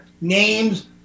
names